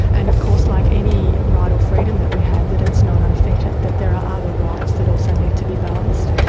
and of course, like any right or freedom that we have, that it's not unfettered, that there are other rights that also needs to be balanced,